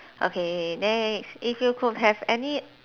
okay next if you could have any